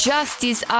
Justice